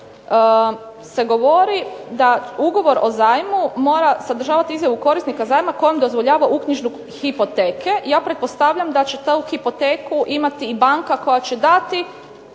se govori da ugovor o zajmu mora sadržavati izjavu korisnika zajma kojom dozvoljava uknjižbu hipoteke. Ja pretpostavljam da će tu hipoteku imati i banka koja će dati